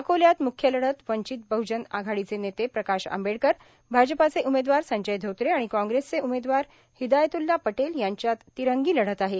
अकोल्यात म्ख्य लढत वंचित बहजन आघाडीचे नेते प्रकाश आंबेडकर भाजपाचे उमेदवार संजय धोत्रे आणि कांग्रेसचे उमेदवार हिदायतउल्ला पटेल यांच्यात तिरंगी लढत आहे